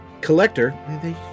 Collector